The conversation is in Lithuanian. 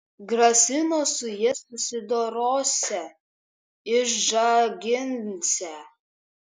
grasino su ja susidorosią išžaginsią